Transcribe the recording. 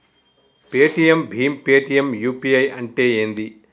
Paytm భీమ్ Paytm UPI అంటే ఏంది?